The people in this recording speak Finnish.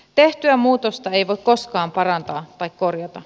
tehtyä muutosta ei voi koskaan parantaa tai korjata